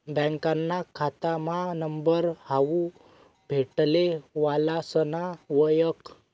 बँकाना खातामा नंबर हावू भेटले वालासना वयख